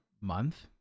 month